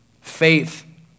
Faith